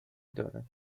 دارد